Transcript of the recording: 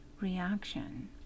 reaction